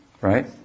right